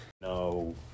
No